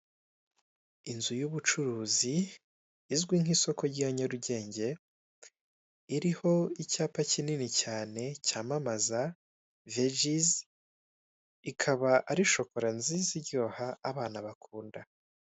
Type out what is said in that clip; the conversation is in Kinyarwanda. Inzu y'ubucuruzi izwi nk'isoko rya Nyarugenge, iriho icyapa kinini cyane cyamamaza vejizi, ikaba ari shikora nziza, iryoha, abana bakunda.